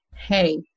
Hey